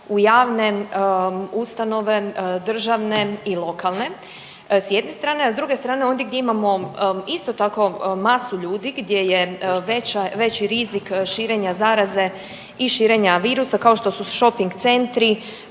u javne ustanove, državne i lokalne s jedne strane, a s druge strane ondje gdje imamo isto tako masu ljudi gdje je veća, veći rizik širenja zaraze i širenja virusa kao što su shopping centri,